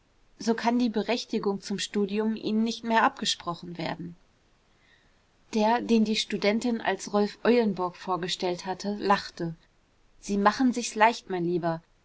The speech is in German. so kann die berechtigung zum studium ihnen nicht mehr abgesprochen werden der den die studentin als rolf eulenburg vorgestellt hatte lachte sie machen sich's leicht mein lieber